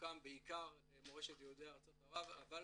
שהוקם בעיקר למורשת יהודי ארצות ערב, אבל